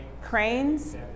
Cranes